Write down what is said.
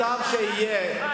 אבל ההצעה היתה שאתה, למה לא?